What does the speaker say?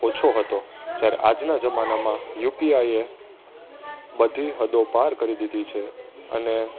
ઓછો હતો જ્યારે આજના જમાનામાં યુપીઆઈ એ બધી હદો પાર કરી દીધી છે અને